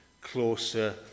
closer